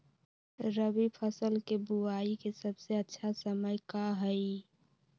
रबी फसल के बुआई के सबसे अच्छा समय का हई?